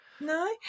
No